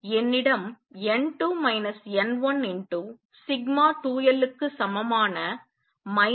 எனவே என்னிடம் n2 n1σ2l க்கு சமமான lnR1R2 இருக்க வேண்டும்